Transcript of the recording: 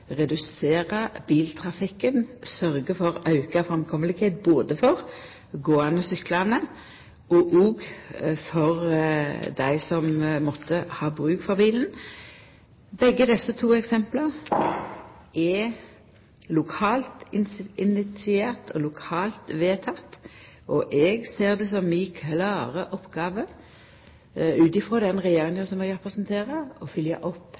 redusera biltrafikken og til betre framkome både for gåande og syklande, og òg for dei som måtte ha bruk for bil. Begge desse to eksempla er lokalt initierte og lokalt vedtekne, og eg ser det som mi klare oppgåve – ut frå den